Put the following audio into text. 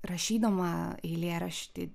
rašydama eilėraštį